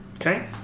Okay